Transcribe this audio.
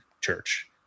church